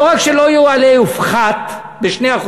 לא רק שלא יועלה, יופחת ב-2%.